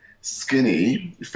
Skinny